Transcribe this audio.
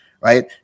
right